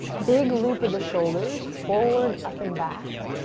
big loop of the shoulders, forward, up, and back.